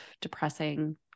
depressing